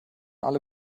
alle